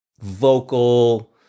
vocal